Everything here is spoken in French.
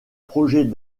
projet